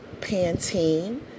Pantene